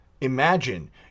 Imagine